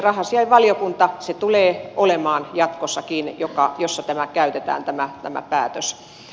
raha asiainvaliokunta tulee olemaan jatkossakin se jossa käytetään tämä päätös